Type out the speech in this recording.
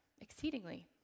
exceedingly